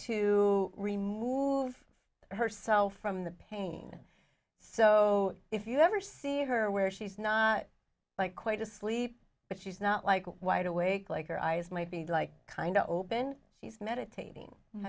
to remove herself from the pain so if you ever see her where she's not quite asleep but she's not like wide awake like her eyes might be like kind open she's meditating